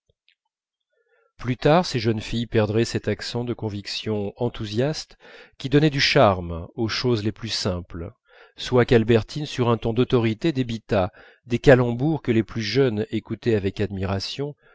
plus tard ces jeunes filles perdraient cet accent de conviction enthousiaste qui donnait du charme aux choses les plus simples soit qu'albertine sur un ton d'autorité débitât des calembours que les plus jeunes écoutaient avec admiration